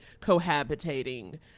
cohabitating